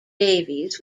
davies